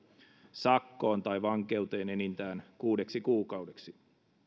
sakkoon tai vankeuteen enintään kuudeksi kuukaudeksi